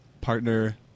partner